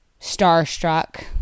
starstruck